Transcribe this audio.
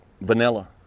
vanilla